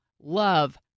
love